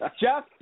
Jeff